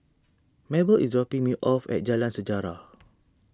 Mabelle is dropping me off at Jalan Sejarah